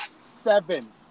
Seven